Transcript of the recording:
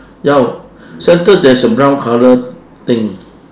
jau centre there's a brown colour thing